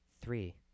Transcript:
Three